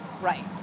Right